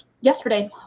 yesterday